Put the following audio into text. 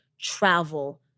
travel